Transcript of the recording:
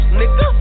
nigga